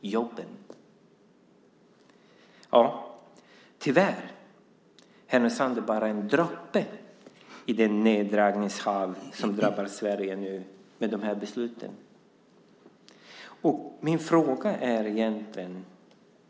jobben är Härnösand tyvärr bara en droppe i det neddragningshav som nu drabbar Sverige i och med de här besluten.